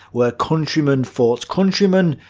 where countryman fought countryman,